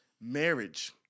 marriage